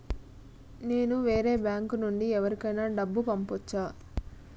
నేను వేరే బ్యాంకు నుండి ఎవరికైనా డబ్బు పంపొచ్చా?